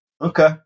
Okay